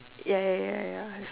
ya ya ya ya ya